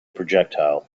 projectile